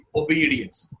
obedience